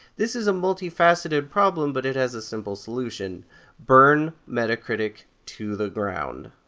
this is a multifaceted problem, but it has a simple solution burn metacritic to the ground!